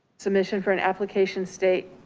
submission for an application state.